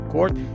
Court